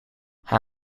hij